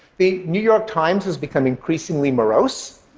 the new york times has become increasingly morose